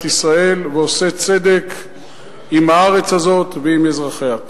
ישראל ועושה צדק עם הארץ הזאת ועם אזרחיה.